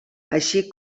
així